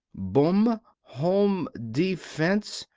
bum, home defence,